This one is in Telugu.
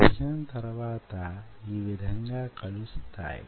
విభజన తరువాత యీ విధంగా కలుస్తాయి